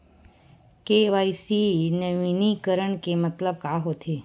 KYC नवीनीकरण के मतलब का होथे?